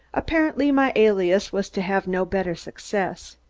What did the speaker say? apparently my alias was to have no better success.